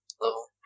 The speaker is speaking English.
level